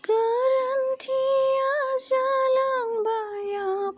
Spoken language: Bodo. गोरोन्थिया जालांबाय आफा